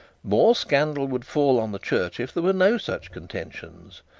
more scandal would fall on the church if there were no such contentions.